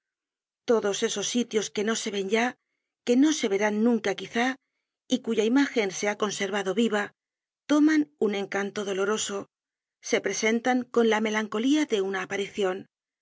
todos esos sitios que no se ven ya que no se verán nunca quizá y cuya imágen se ha conservado viva toman un encanto doloroso se presentan con la melancolía de una aparicion